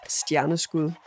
stjerneskud